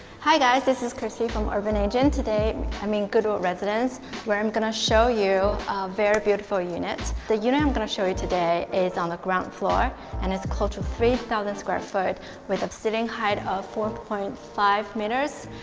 hi guys, this is kristie from urban agents! today, i'm in goodwood residence where i'm gonna show you a very beautiful unit. the unit i'm gonna show you today is on the ground floor and it's close to three thousand square foot with a ceiling height of four point five meters!